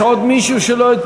יש עוד מישהו שלא,